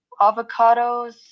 Avocados